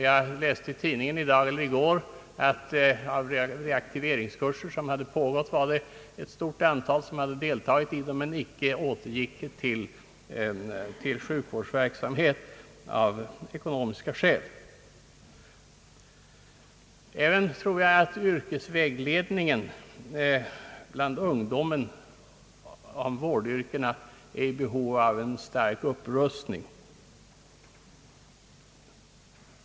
Jag läste i tidningen i dag eller i går att av dem som deltagit i reaktiveringskurser var det ett stort antal som av ekonomiska skäl icke återgick till sjukvårdsverksamhet. Även yrkesvägledningen bland ungdomen om vårdyrkena är i behov av en stark upprustning.